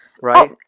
Right